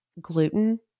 gluten